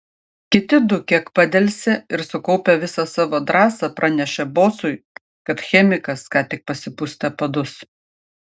kiti du kiek padelsė ir sukaupę visą savo drąsą pranešė bosui kad chemikas ką tik pasipustė padus